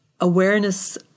awareness